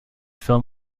film